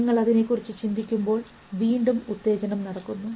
നിങ്ങൾ അതിനെ കുറിച്ച് ചിന്തിക്കുമ്പോൾ വീണ്ടും ഉത്തേജനം നടക്കുന്നു